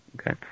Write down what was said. Okay